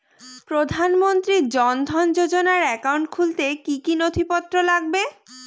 প্রধানমন্ত্রী জন ধন যোজনার একাউন্ট খুলতে কি কি নথিপত্র লাগবে?